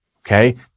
Okay